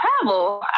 travel